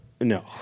No